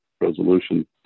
resolution